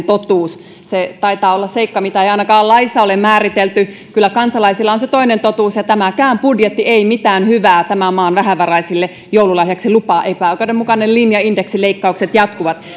totuus se taitaa olla seikka mitä ei ainakaan laissa ole määritelty kyllä kansalaisilla on se toinen totuus ja tämäkään budjetti ei mitään hyvää tämän maan vähävaraisille joululahjaksi lupaa epäoikeudenmukainen linja jatkuu indeksileikkaukset jatkuvat